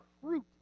fruit